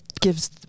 gives